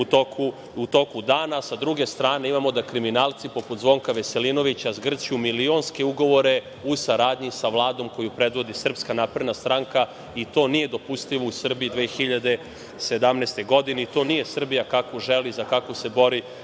u toku dana. Sa druge strane, imamo da kriminalci poput Zvonka Veselinovića zgrću milionske ugovore u saradnji sa Vladom koju predvodi Srpska napredna stranka. To nije dopustivo u Srbiji 2017. godine. To nije Srbija kakvu želi, za kakvu se bori